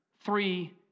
Three